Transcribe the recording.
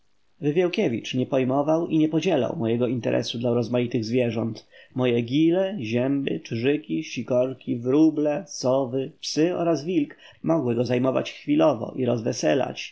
wywiałkiewicz nie pojmował i nie podzielał mojego interesu dla rozmaitych zwierząt moje gile zięby czyżyki sikory wróble sowy psy oraz wilk mogły go zajmować chwilowo i rozweselać